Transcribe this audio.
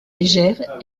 légère